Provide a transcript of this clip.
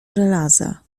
żelaza